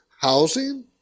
housing